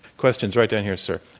questions, right down here sir,